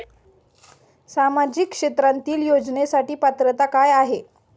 सामाजिक क्षेत्रांतील योजनेसाठी पात्रता काय आहे?